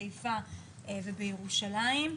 בחיפה ובירושלים,